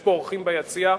יש פה אורחים ביציע,